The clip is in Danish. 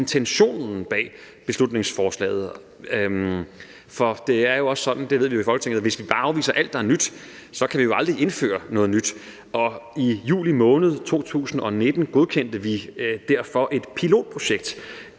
intentionen bag beslutningsforslaget. For det er jo også sådan – det ved vi i Folketinget – at hvis vi bare afviser alt, der er nyt, så kan vi aldrig indføre noget nyt. Og i juli måned 2019 godkendte vi derfor et pilotprojekt